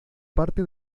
parte